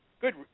good